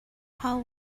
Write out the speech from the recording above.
how